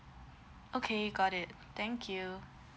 okay got it thank you